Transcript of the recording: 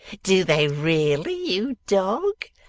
do they really, you dog